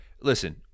Listen